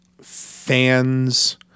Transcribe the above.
fans